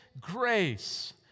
grace